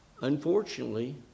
unfortunately